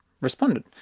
responded